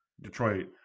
Detroit